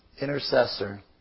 intercessor